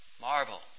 Marvel